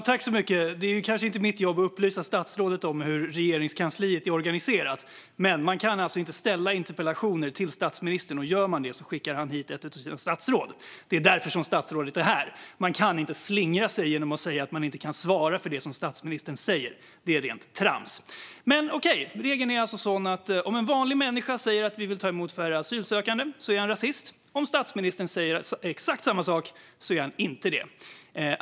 Fru talman! Det är kanske inte mitt jobb att upplysa statsrådet om hur Regeringskansliet är organiserat. Man kan inte ställa interpellationer till statsministern. Om man gör det skickar han hit ett av sina statsråd, och det är därför statsrådet är här. Man kan inte slingra sig genom att säga att man inte kan svara för det som statsministern säger. Det är rent trams, men okej. Regeln är alltså sådan att om en vanlig människa säger att han vill att vi ska ta emot färre asylsökande är han rasist, men om statsministern säger exakt samma sak är statsministern inte det.